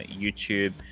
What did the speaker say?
YouTube